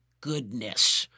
goodness